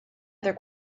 other